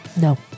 No